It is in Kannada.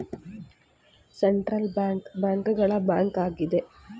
ಸೆಂಟ್ರಲ್ ಬ್ಯಾಂಕ್ ಬ್ಯಾಂಕ್ ಗಳ ಬ್ಯಾಂಕ್ ಆಗಿದೆ